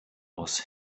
was